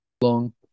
long